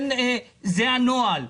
זה הנוהל.